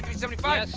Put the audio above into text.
seventy five.